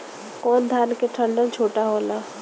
कौन धान के डंठल छोटा होला?